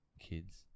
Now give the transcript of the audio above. kids